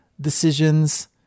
decisions